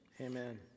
Amen